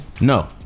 No